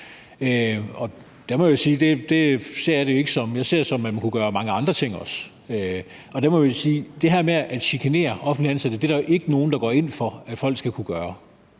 Jeg ser det, som at man også kunne gøre mange andre ting. Det her med at chikanere offentligt ansatte er der jo ikke nogen der går ind for at folk skal kunne gøre,